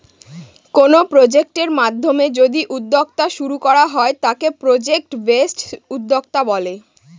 কোনো প্রজেক্টের মাধ্যমে যদি উদ্যোক্তা শুরু করা হয় তাকে প্রজেক্ট বেসড উদ্যোক্তা বলে